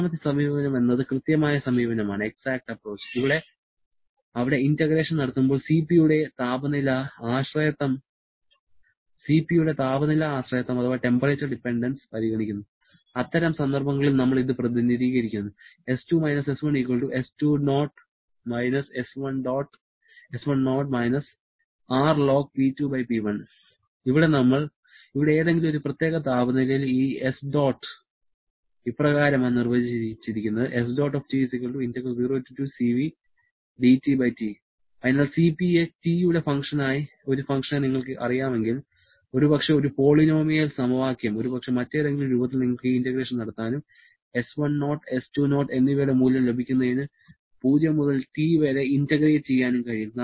രണ്ടാമത്തെ സമീപനം എന്നത് കൃത്യമായ സമീപനമാണ് അവിടെ ഇന്റഗ്രേഷൻ നടത്തുമ്പോൾ Cp യുടെ താപനില ആശ്രയത്വം പരിഗണിക്കുന്നു അത്തരം സന്ദർഭങ്ങളിൽ നമ്മൾ ഇത് പ്രതിനിധീകരിക്കുന്നു ഇവിടെ ഏതെങ്കിലും പ്രത്യേക താപനിലയിൽ ഈ s0 ഇപ്രകാരമാണ് നിർവചിച്ചിരിക്കുന്നത് അതിനാൽ Cp യെ T യുടെ ഒരു ഫംഗ്ഷനായി നിങ്ങൾക്കറിയാമെങ്കിൽ ഒരുപക്ഷേ ഒരു പോളിനോമിയൽ സമവാക്യം ഒരുപക്ഷേ മറ്റേതെങ്കിലും രൂപത്തിൽ നിങ്ങൾക്ക് ഈ ഇന്റഗ്രേഷൻ നടത്താനും s10 s20 എന്നിവയുടെ മൂല്യം ലഭിക്കുന്നതിന് 0 മുതൽ T വരെ ഇന്റഗ്രേറ്റ് ചെയ്യാനും കഴിയും